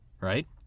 right